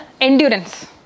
endurance